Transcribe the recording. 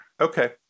Okay